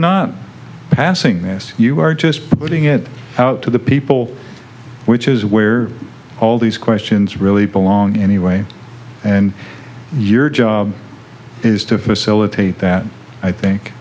not passing this you are just putting it out to the people which is where all these questions really belong anyway and your job is to facilitate that i think